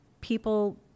people